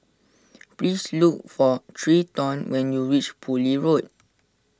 please look for Treyton when you reach Poole Road